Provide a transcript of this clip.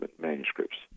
manuscripts